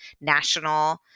national